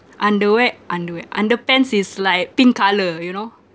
underwear underwear underpants is like pink colour you know